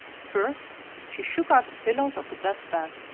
first she shook out the pillows of the best bed,